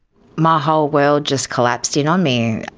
my whole world just collapsed in on me,